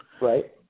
Right